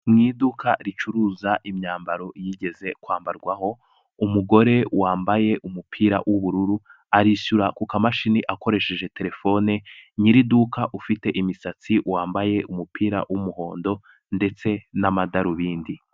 Mu iduka ricuruza imyambaro yigeze kwambarwaho, umugore wambaye umupira w'ubururu arishyura ku kamashini akoresheje terefone, nyiri iduka ufite imisatsi, wambaye umupira w'umuhondo ndetse n'amadarubindi.